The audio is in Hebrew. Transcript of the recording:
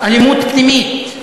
אלימות פנימית.